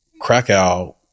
Krakow